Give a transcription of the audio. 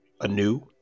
anew